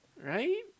Right